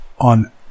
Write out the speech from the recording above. on